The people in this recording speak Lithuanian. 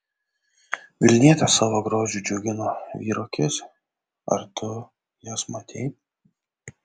vilnietės savo grožiu džiugino vyrų akis ar tu jas matei